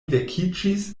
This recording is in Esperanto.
vekiĝis